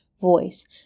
voice